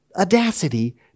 audacity